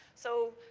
so,